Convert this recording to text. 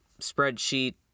spreadsheet